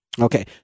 Okay